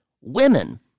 women